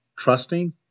trusting